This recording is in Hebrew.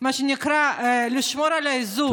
מה שנקרא לשמור על האיזון.